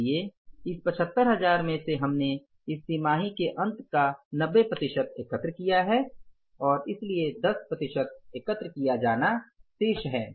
इसलिए इस 75000 में से हमने इस तिमाही के अंत तक 90 प्रतिशत एकत्र किया है इसलिए 10 प्रतिशत एकत्र किया जाना है